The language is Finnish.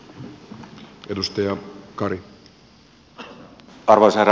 arvoisa herra puhemies